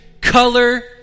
color